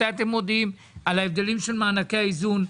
מתי אתם מודיעים על ההבדלים של מענקי איזון?